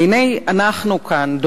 והנה אנחנו כאן,